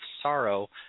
sorrow